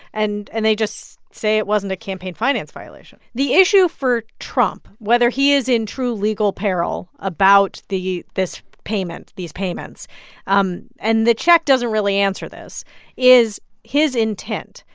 and and they just say it wasn't a campaign finance violation the issue for trump, whether he is in true legal peril about this payment, these payments um and the check doesn't really answer this is his intent.